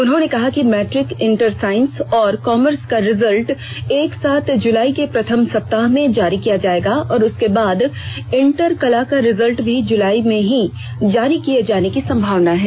उन्होंने कहा कि मैट्रिक इंटर साइंस और कामर्स का रिजल्ट एक साथ जुलाई के प्रथम सप्ताह में जारी किया जायेगा और उसके बाद इंटर कला का रिजल्ट भी जुलाई में ही जारी किये जाने की संभावना है